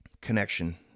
connection